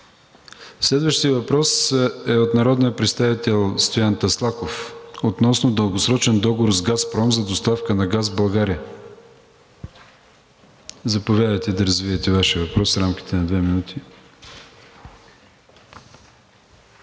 Следващият въпрос е от народния представител Стоян Таслаков относно дългосрочен договор с „Газпром“ за доставки на газ в България. Заповядайте да развиете Вашия въпрос в рамките на две минути.